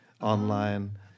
online